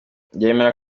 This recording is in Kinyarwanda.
kureba